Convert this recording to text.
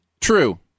true